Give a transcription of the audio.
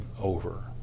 over